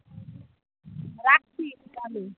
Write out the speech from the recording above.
রাখছি তাহলে